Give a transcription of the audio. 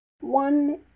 One